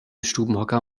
stubenhocker